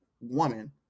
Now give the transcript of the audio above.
woman